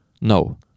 no